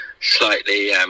slightly